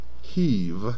heave